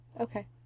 Okay